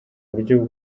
buryo